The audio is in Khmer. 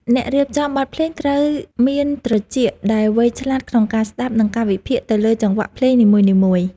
អ្នករៀបចំបទភ្លេងត្រូវមានត្រចៀកដែលវៃឆ្លាតក្នុងការស្ដាប់ និង ការវិភាគទៅលើចង្វាក់ភ្លេងនីមួយៗ។